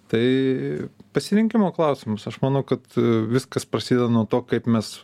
tai pasirinkimo klausimas aš manau kad viskas prasideda nuo to kaip mes